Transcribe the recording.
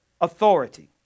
authority